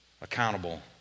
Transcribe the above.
accountable